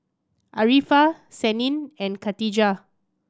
Arifa Senin and Khatijah